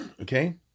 Okay